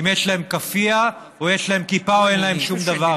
אם יש להם כאפיה או יש להם כיפה או אין להם שום דבר.